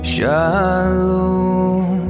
Shalom